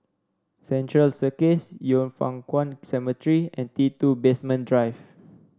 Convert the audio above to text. Central Circus Yin Foh Kuan Cemetery and T two Basement Drive